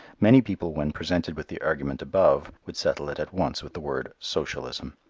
many people when presented with the argument above, would settle it at once with the word socialism.